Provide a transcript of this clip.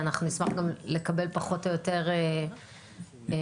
אנחנו נשמח גם לקבל פחות או יותר, זה.